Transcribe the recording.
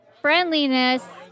friendliness